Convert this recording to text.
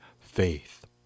faith